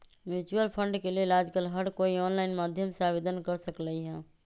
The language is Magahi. म्यूचुअल फंड के लेल आजकल हर कोई ऑनलाईन माध्यम से आवेदन कर सकलई ह